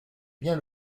bien